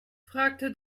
fragte